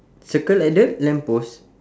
circle at the lamp post